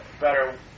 better